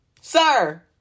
Sir